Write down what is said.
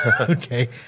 Okay